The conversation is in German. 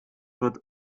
wird